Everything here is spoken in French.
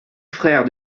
frère